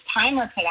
timer